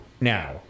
now